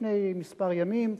לפני כמה ימים,